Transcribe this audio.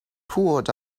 poured